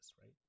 right